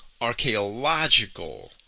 archaeological